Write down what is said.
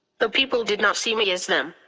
the people did not see me as them.